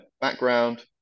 background